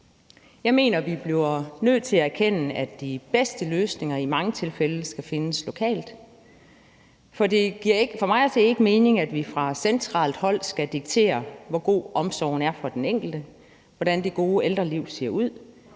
Jeg mener, at vi bliver nødt til erkende, at de bedste løsninger i mange tilfælde skal findes lokalt, for det giver for mig at se ikke mening, at vi fra centralt hold skal diktere, hvor god omsorgen skal være for den enkelte, hvordan det gode ældreliv ser ud,